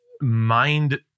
mind –